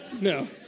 No